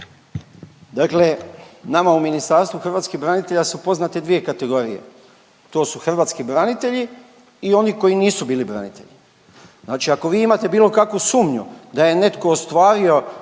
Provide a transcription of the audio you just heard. Dakle nama u Ministarstvo hrvatskih branitelja su poznate dvije kategorije, to su hrvatski branitelji i oni koji nisu bili branitelji, znači ako vi imate bilo kakvu sumnju da je netko ostvario